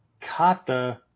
kata